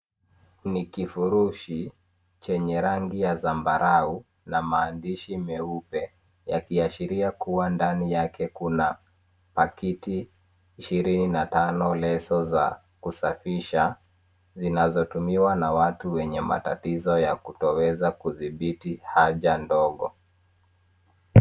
Ni kifurushi chenye rangi ya zambarau na maandishi meupe yakiashiria kuwa ndani yake kuna paketi ishirini na tano, leso za kusafisha zinazotumiwa na watu wenye matatizo ya kutoweza kudhibiti haja ndogo.